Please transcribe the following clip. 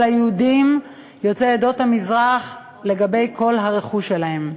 היהודים יוצאי עדות המזרח לגבי כל הרכוש שלהם.